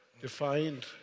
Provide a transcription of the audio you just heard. defined